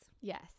Yes